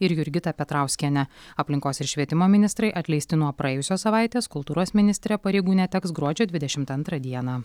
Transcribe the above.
ir jurgitą petrauskienę aplinkos ir švietimo ministrai atleisti nuo praėjusios savaitės kultūros ministrė pareigų neteks gruodžio dvidešimt antrą dieną